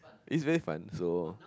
it's very fun so